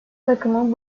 takımı